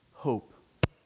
hope